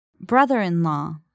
Brother-in-law